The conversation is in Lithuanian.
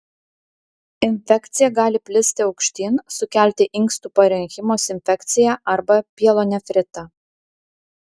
infekcija gali plisti aukštyn sukelti inkstų parenchimos infekciją arba pielonefritą